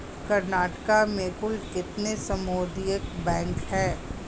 कर्नाटक में कुल कितने सामुदायिक बैंक है